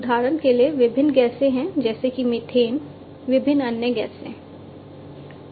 उदाहरण के लिए विभिन्न गैसें हैं जैसे कि मीथेन विभिन्न अन्य गैसें